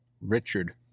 Richard